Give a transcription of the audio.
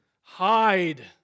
hide